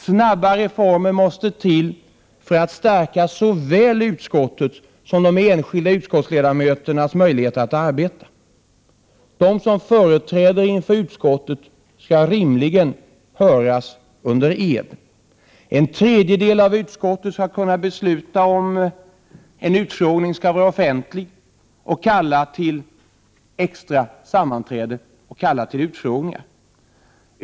Snabba reformer måste till för att stärka såväl utskottets som de enskilda utskottsledamöternas möjligheter att arbeta. De som framträder inför utskottet skall rimligen höras under ed. En tredjedel av utskottet skall kunna besluta om inkallande till utfrågningar, kunna bestämma om utfrågningen skall vara offentlig och kunna kalla till extra sammanträde.